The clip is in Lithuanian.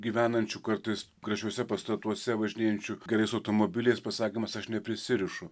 gyvenančių kartais gražiuose pastatuose važinėjančių gerais automobiliais pasakymas aš neprisirišu